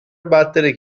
battere